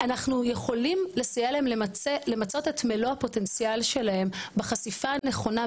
אנחנו יכולים לסייע להם למצות את מלוא הפוטנציאל שלהם בחשיפה הראשונה,